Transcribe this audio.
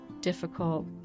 difficult